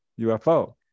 UFO